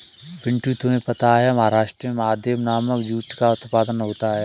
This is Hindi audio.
पिंटू तुम्हें पता है महाराष्ट्र में महादेव नामक जूट का उत्पादन होता है